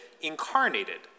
incarnated